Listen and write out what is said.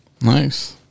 Nice